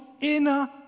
inner